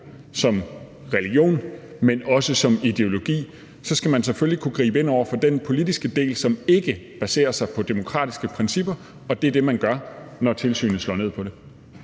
som religion, men også som ideologi, så skal man selvfølgelig kunne gribe ind over for den politiske del, som ikke baserer sig på demokratiske principper. Og det er det, man gør, når tilsynet slår ned på det.